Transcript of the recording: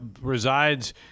resides